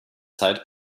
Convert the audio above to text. zeit